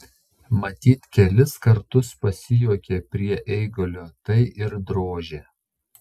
matyt kelis kartus pasijuokė prie eigulio tai ir drožė